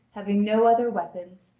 having no other weapons,